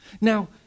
Now